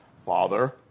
Father